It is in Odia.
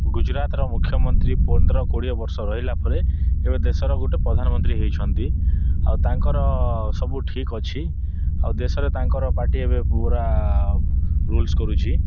ଗୁଜୁରାଟର ମୁଖ୍ୟମନ୍ତ୍ରୀ ପନ୍ଦର କୋଡ଼ିଏ ବର୍ଷ ରହିଲା ପରେ ଏବେ ଦେଶର ଗୋଟେ ପ୍ରଧାନମନ୍ତ୍ରୀ ହୋଇଛନ୍ତି ଆଉ ତାଙ୍କର ସବୁ ଠିକ୍ ଅଛି ଆଉ ଦେଶରେ ତାଙ୍କର ପାର୍ଟି ଏବେ ପୁରା ରୁଲସ୍ କରୁଛି